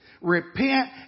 Repent